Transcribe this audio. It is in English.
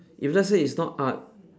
if let's say it's not art